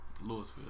Louisville